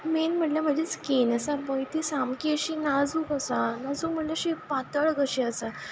main म्हटल्या म्हजी skin आसा पय ती सामकी अशी नाजूक आसा नाजूक म्हणल्या अशी पातळ कशी आसा